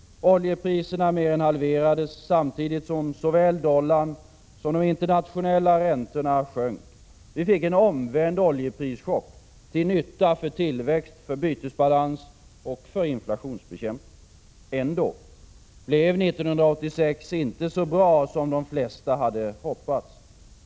Oljepriserna mer än halverades, samtidigt som såväl dollarn som de internationella räntorna sjönk. Vi fick en omvänd oljeprischock, till nytta för tillväxt, bytebalans och inflationsbekämpning. Ändå blev 1986 inte så bra som de flesta hade hoppats.